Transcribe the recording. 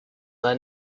their